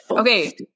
Okay